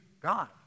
God